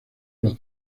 los